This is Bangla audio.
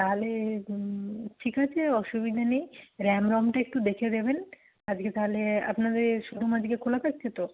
তাহালে ঠিক আছে অসুবিধে নেই র্যাম রমটা একটু দেখে দেবেন আজকে তাহলে আপনাদের শোরুম আজকে খোলা থাকছে তো